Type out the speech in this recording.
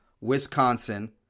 Wisconsin